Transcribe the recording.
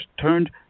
turned